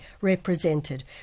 represented